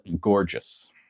Gorgeous